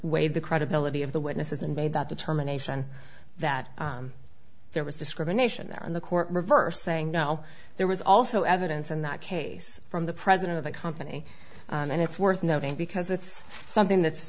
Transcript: weighed the credibility of the witnesses and made that determination that there was discrimination there and the court reversed saying no there was also evidence in that case from the president of the company and it's worth noting because it's something that's